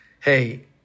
hey